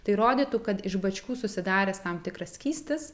tai rodytų kad iš bačkų susidaręs tam tikras skystis